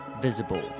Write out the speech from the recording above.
Visible